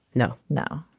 no. no.